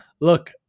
look